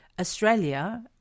Australia